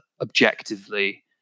objectively